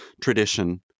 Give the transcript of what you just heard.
tradition